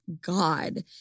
God